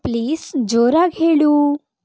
please ಜೋರಾಗಿ ಹೇಳು